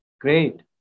Great